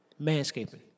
manscaping